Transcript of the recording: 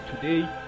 today